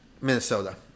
Minnesota